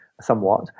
somewhat